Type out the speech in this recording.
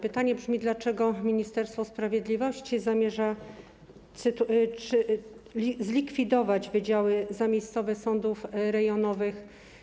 Pytanie brzmi: Dlaczego Ministerstwo Sprawiedliwości zamierza zlikwidować wydziały zamiejscowe sądów rejonowych?